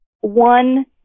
One